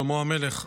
שלמה המלך,